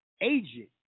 agent